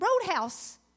roadhouse